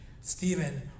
Stephen